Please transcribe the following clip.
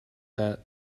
that